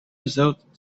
without